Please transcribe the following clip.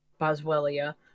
boswellia